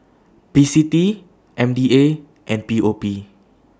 P C T M D A and P O P